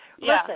Listen